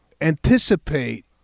anticipate